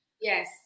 yes